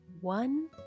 one